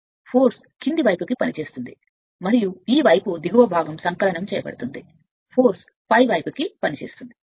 కాబట్టి మరియు శక్తి కిందివైపు పనిచేస్తుంది మరియు ఈ వైపు మీరు తక్కువ భాగాన్ని పిలిచే సంకలనం శక్తి పైకి పనిచేస్తుంది